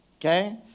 Okay